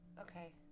Okay